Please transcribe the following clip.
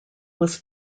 was